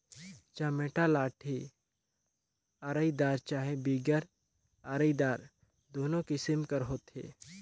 चमेटा लाठी अरईदार चहे बिगर अरईदार दुनो किसिम कर होथे